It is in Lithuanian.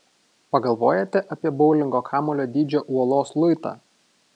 pagalvojate apie boulingo kamuolio dydžio uolos luitą